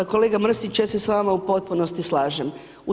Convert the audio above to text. Kolega Mrsić, ja se s vama u potpunosti slažem.